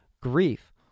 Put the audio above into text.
grief